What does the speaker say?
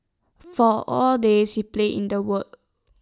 for A day she played in the ward